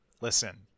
Listen